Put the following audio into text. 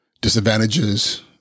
disadvantages